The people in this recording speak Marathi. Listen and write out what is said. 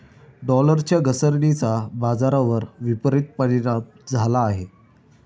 डॉलरच्या घसरणीचा बाजारावर विपरीत परिणाम झाला आहे